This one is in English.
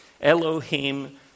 Elohim